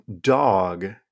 dog